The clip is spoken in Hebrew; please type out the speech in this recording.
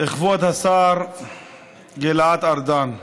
כבוד השר גלעד ארדן,